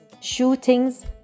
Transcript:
shootings